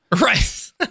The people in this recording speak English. Right